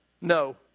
No